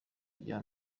rya